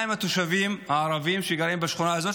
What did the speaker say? מה עם התושבים הערבים שגרים בשכונה הזאת,